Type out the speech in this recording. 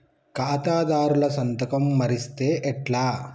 ఖాతాదారుల సంతకం మరిస్తే ఎట్లా?